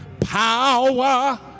power